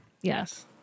yes